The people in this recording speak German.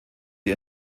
die